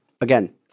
again